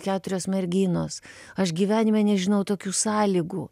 keturios merginos aš gyvenime nežinojau tokių sąlygų